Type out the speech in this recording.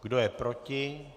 Kdo je proti?